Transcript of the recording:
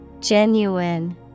Genuine